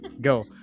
go